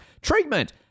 treatment